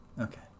Okay